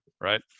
right